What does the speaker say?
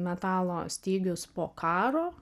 metalo stygius po karo